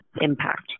impact